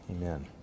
Amen